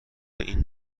این